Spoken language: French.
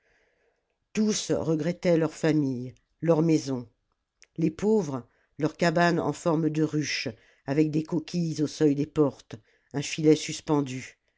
tous regrettaient leurs familles leurs maisons les pauvres leurs cabanes en forme de ruche avec des coquilles au seuil des portes un filet suspendu